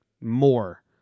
more